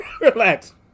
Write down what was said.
Relax